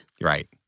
Right